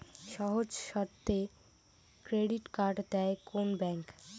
সহজ শর্তে credit card দেয় কোন ব্যাংক?